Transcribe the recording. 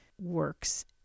works